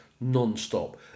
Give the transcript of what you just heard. non-stop